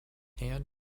hand